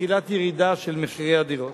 תחילת ירידה של מחירי הדירות.